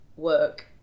work